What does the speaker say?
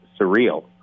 surreal